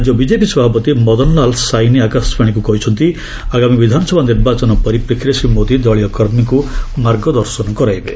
ରାଜ୍ୟ ବିଜେପି ସଭାପତି ମଦନ୍ଲାଲ୍ ସାଇନି ଆକାଶବାଣୀକୁ କହିଛନ୍ତି ଆଗାମୀ ବିଧାନସଭା ନିର୍ବାଚନ ପରିପ୍ରେକ୍ଷୀରେ ଶ୍ରୀ ମୋଦି ଦଳୀୟ କର୍ମୀଙ୍କୁ ମାର୍ଗଦର୍ଶନ କରାଇବେ